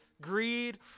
greed